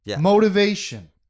Motivation